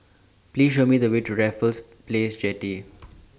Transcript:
Please Show Me The Way to Raffles Place Jetty